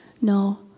No